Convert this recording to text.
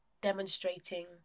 demonstrating